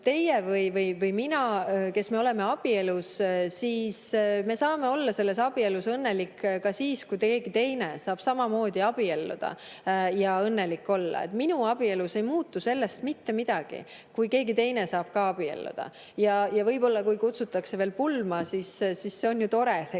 teie või mina, kes me oleme abielus, me saame olla abielus õnnelikud ka siis, kui keegi teine saab samamoodi abielluda ja õnnelik olla. Minu abielus ei muutu sellest mitte midagi, kui keegi teine saab ka abielluda. Ja võib-olla kutsutakse veel pulma, see on ju tore